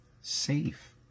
safe